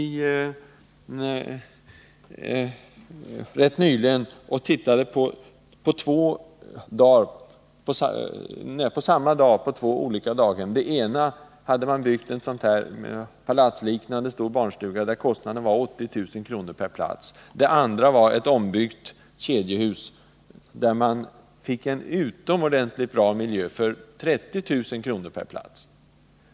Rätt nyligen var jag en dag och tittade på två olika daghem. I det ena fallet hade man byggt en stor, palatsliknande barnstuga, där kostnaden var 80 000 kr. per plats. I det andra fallet rörde det sig om ett ombyggt radhus, där man hade fått en utomordentligt bra miljö för 30 000 kr. per plats.